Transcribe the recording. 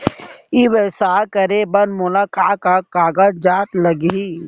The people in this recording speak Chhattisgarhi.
ई व्यवसाय करे बर मोला का का कागजात लागही?